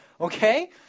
Okay